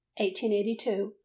1882